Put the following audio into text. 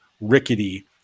rickety